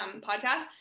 podcast